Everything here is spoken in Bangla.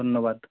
ধন্যবাদ